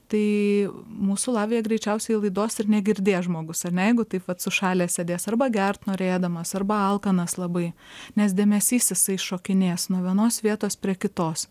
tai mūsų lavija greičiausiai laidos ir negirdės žmogus ane jeigu taip vat sušalęs sėdės arba gert norėdamas arba alkanas labai nes dėmesys jisai šokinės nuo vienos vietos prie kitos